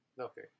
okay